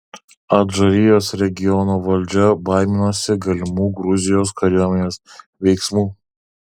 adžarijos regiono valdžia baiminosi galimų gruzijos kariuomenės veiksmų